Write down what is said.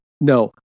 no